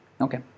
okay